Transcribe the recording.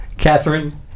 Catherine